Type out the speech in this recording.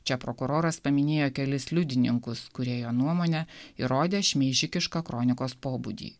čia prokuroras paminėjo kelis liudininkus kurie jo nuomone įrodė šmeižikišką kronikos pobūdį